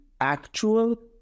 actual